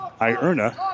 Ierna